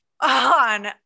on